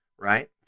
right